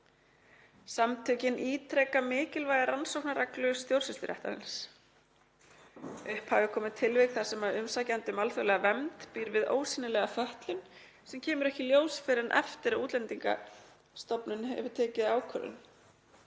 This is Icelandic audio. Samtökin ítreka mikilvægi rannsóknarreglu stjórnsýsluréttarins. Upp hafa komið tilvik þar sem umsækjandi um alþjóðlega vernd býr við „ósýnilega“ fötlun sem kemur ekki í ljós fyrr en eftir að Útlendingastofnun hefur tekið ákvörðun.